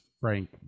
Frank